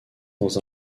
dans